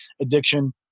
addiction